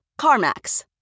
CarMax